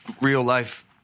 real-life